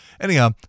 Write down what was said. Anyhow